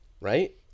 Right